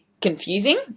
confusing